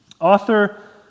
Author